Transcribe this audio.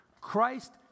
Christ